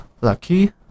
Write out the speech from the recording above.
lucky